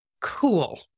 cool